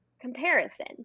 comparison